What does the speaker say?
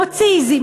מוציא עזים,